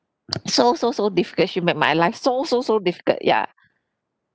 so so so difficult she made my life so so so difficult ya